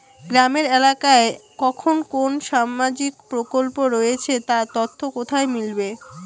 গ্রামের এলাকায় কখন কোন সামাজিক প্রকল্প রয়েছে তার তথ্য কোথায় মিলবে?